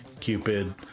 Cupid